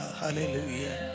hallelujah